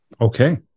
okay